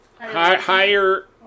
higher